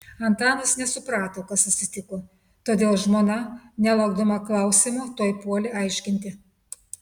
antanas nesuprato kas atsitiko todėl žmona nelaukdama klausimo tuoj puolė aiškinti